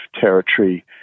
territory